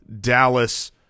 Dallas